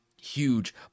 huge